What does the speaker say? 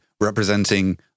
representing